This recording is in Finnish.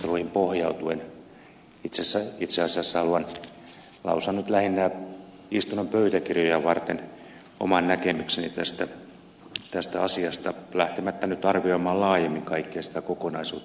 osittain niihin keskusteluihin pohjautuen itse asiassa haluan lausua nyt lähinnä istunnon pöytäkirjoja varten oman näkemykseni tästä asiasta lähtemättä nyt arvioimaan laajemmin kaikkea sitä kokonaisuutta mikä tähän liittyy